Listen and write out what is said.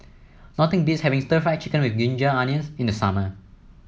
nothing beats having stir Fry Chicken with Ginger Onions in the summer